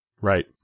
Right